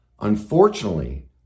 unfortunately